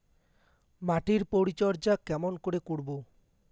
মাটির পরিচর্যা কেমন করে করব?